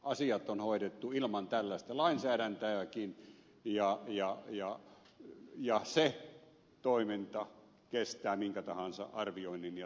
asiat on hoidettu ilman tällaista lainsäädäntöäkin ja se toiminta kestää minkä tahansa arvioinnin ja tarkastelun